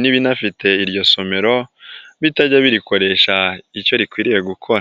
n'ibinafite iryo somero, bitajya birikoresha icyo rikwiriye gukora.